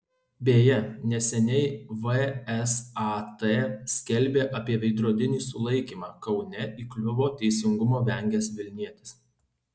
beje neseniai vsat skelbė apie veidrodinį sulaikymą kaune įkliuvo teisingumo vengęs vilnietis